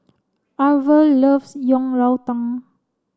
Arvel loves Yang Rou Tang